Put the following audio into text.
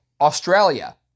Australia